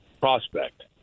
prospect